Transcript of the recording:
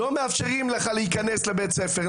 לא מאפשרים לך להיכנס לבית ספר,